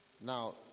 Now